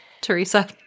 Teresa